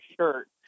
shirt